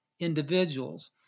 individuals